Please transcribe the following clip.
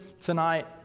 tonight